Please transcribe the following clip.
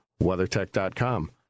WeatherTech.com